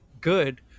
good